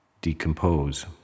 decompose